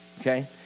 Okay